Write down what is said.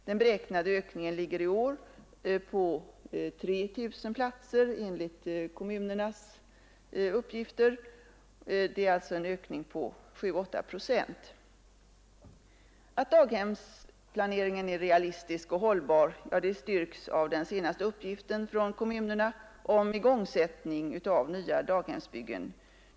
Den beräknade ökningen ligger i år på 3 000 platser enligt kommunernas uppgifter — det är alltså en ökning med 7—8 procent. Att daghemsplaneringen är realistisk och hållbar styrks av den senaste uppgiften från kommunerna om igångsättning av nya daghemsbyggen.